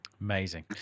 Amazing